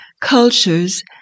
cultures